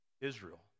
Israel